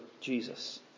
Jesus